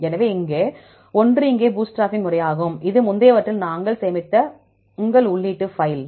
எனவே ஒன்று இங்கே பூட்ஸ்ட்ராப்பிங் முறையாகும் இது முந்தையவற்றில் நாங்கள் சேமித்த உங்கள் உள்ளீட்டு பைல்